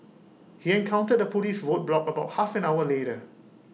he encountered A Police roadblock about half an hour later